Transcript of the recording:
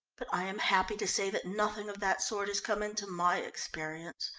but i am happy to say that nothing of that sort has come into my experience,